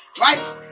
right